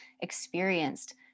experienced